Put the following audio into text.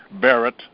Barrett